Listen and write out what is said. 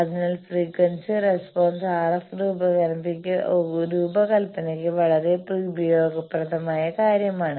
അതിനാൽ frequency response RF രൂപകൽപ്പനയ്ക്ക് വളരെ ഉപയോഗപ്രദമായ കാര്യമാണ്